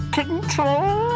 control